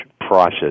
process